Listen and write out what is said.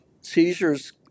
seizures